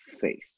faith